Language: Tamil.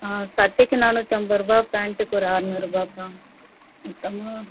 சட்டைக்கு நானூற்றம்பது ரூபாய் பேண்ட்டுக்கு ஒரு அறநூறுபாய் மொத்தம்